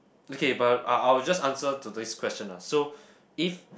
okay but I'll I'll just answer to this question ah so if